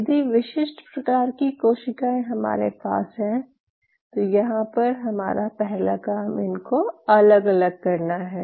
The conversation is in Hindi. यदि विशिष्ट प्रकार की कोशिकाएं हमारे पास हैं तो यहाँ पर हमारा पहला काम इनको अलग अलग करना है